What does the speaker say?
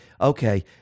Okay